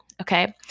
okay